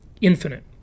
infinite